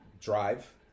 Drive